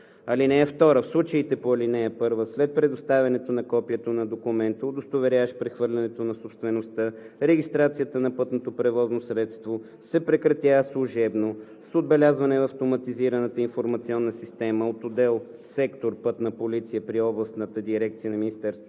(2) В случаите по ал. 1 след предоставянето на копието на документа, удостоверяващ прехвърлянето на собствеността, регистрацията на пътното превозно средство се прекратява служебно с отбелязване в автоматизираната информационна система от отдел/сектор „Пътна полиция“ при Областната дирекция на Министерството